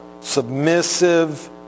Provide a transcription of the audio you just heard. submissive